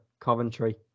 Coventry